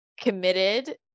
committed